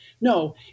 no